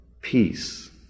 peace